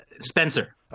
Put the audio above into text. Spencer